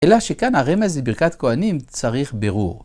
אלא שכאן, הרמז לברכת כהנים, צריך ברור.